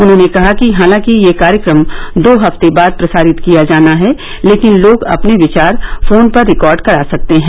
उन्होंने कहा कि हालांकि यह कार्यक्रम दो हफ्ते बाद प्रसारित किया जाना है लेकिन लोग अपने विचार फोन पर रिकार्ड करा सकते हैं